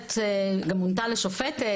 מזלזלת מונתה לשופטת.